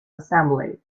assembly